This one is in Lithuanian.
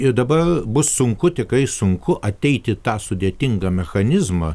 ir dabar bus sunku tikrai sunku ateit į tą sudėtingą mechanizmą